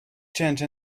change